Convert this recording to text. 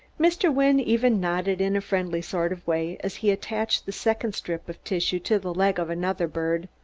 mr. wynne even nodded in a friendly sort of way as he attached the second strip of tissue to the leg of another bird.